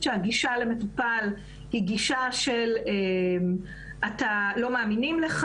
שהגישה למטופל היא גישה שלא מאמינים לו.